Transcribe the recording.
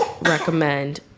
recommend